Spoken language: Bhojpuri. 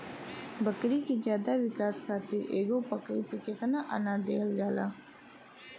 बकरी के ज्यादा विकास खातिर एगो बकरी पे कितना अनाज देहल जाला?